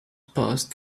passed